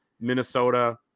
Minnesota